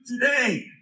today